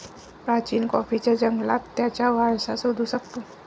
प्राचीन कॉफीच्या जंगलात त्याचा वारसा शोधू शकतो